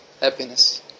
Happiness